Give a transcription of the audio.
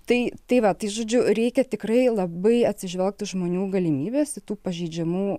tai tai va tai žodžiu reikia tikrai labai atsižvelgt į žmonių galimybes tų pažeidžiamų